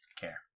Care